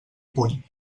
puny